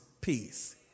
peace